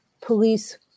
police